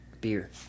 beer